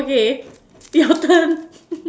okay your turn